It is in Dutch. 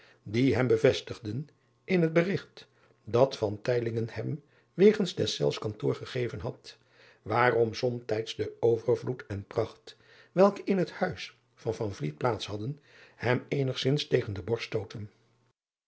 die hem bevestigden in het berigt dat hem wegens deszelfs kantoor gegeven had waarom somtijds de overvloed en pracht welke in het huis van plaats hadden hem eenigzins tegen de borst stootten